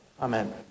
Amen